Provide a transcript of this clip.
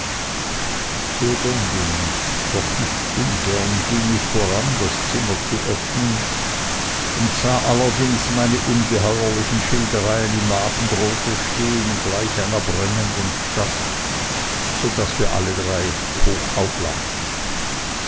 zögernd und doch nicht ungern ging ich voran das zimmer zu öffnen und sah allerdings meine ungeheuerlichen schildereien im abendrote stehen gleich einer brennenden stadt so daß wir alle drei hoch auflachten